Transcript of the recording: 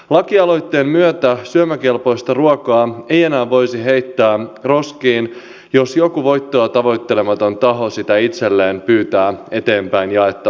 lakialoitteen myötä syömäkelpoista ruokaa ei enää voisi heittää roskiin jos joku voittoa tavoittelematon taho sitä itselleen pyytää eteenpäin jaettavaksi